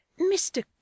Mr